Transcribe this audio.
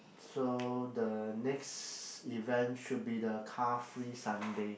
so the next event should be the car free Sunday